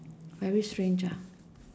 very strange ah